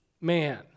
man